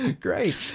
Great